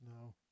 No